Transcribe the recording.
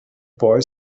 boy